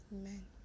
Amen